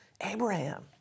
Abraham